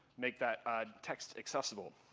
make that text accessible.